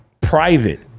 private